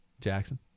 jackson